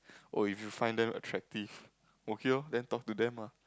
oh if you find them attractive okay loh then you talk to them ah